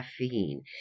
caffeine